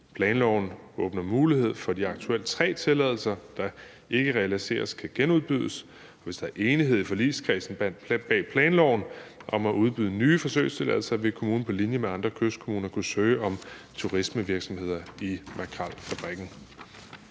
Planloven åbner mulighed for, at aktuelt tre tilladelser, der ikke realiseres, kan genudbydes. Hvis der er enighed i forligskredsen bag planloven om at udbyde nye forsøgstilladelser, vil kommunen på linje med andre kystkommuner kunne søge om turismevirksomheder i makrelfabrikken.